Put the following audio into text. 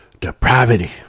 Depravity